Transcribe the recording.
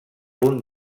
punt